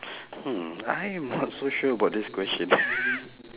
hmm I am not so sure about this question